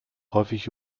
häufig